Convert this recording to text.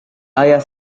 ayah